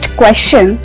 question